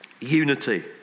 unity